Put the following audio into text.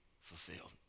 fulfilled